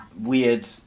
weird